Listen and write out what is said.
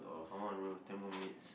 come on bro ten more minutes